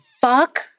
fuck